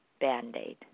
Band-Aid